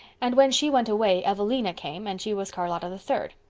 and when she went away evelina came and she was charlotta the third.